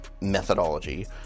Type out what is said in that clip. Methodology